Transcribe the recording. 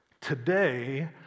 Today